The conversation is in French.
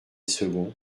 second